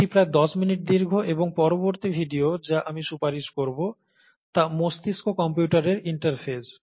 এটি প্রায় দশ মিনিট দীর্ঘ এবং পরবর্তী ভিডিও যা আমি সুপারিশ করব তা মস্তিষ্ক কম্পিউটারের ইন্টারফেস